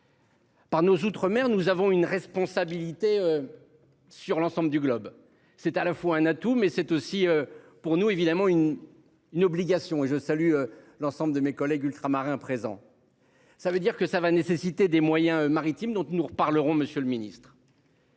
Par nos outre-mer, nous avons une responsabilité. Sur l'ensemble du globe. C'est à la fois un atout mais c'est aussi pour nous évidemment une une obligation et je salue l'ensemble de mes collègues ultramarins présent. Ça veut dire que ça va nécessiter des moyens maritimes dont tu nous reparlerons, monsieur le ministre.